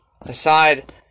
aside